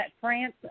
France